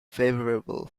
favorable